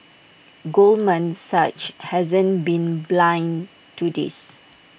Goldman Sachs hasn't been blind to this